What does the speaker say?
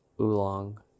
oolong